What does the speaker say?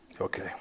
Okay